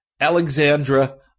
Alexandra